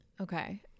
Okay